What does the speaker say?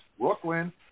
Brooklyn